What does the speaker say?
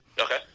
Okay